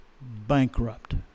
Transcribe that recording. bankrupt